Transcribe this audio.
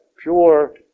pure